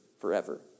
forever